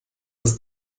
ist